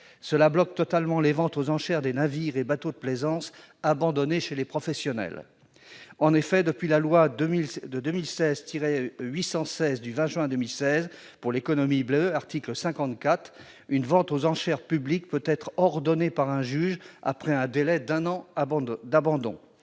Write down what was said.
Cela bloque totalement les ventes aux enchères des navires et bateaux de plaisance abandonnés chez des professionnels. En effet, depuis la loi n° 2016-816 du 20 juin 2016 pour l'économie bleue, aux termes de l'article 54, une vente aux enchères publiques peut être ordonnée par un juge, à l'issue d'un délai d'un an d'abandon.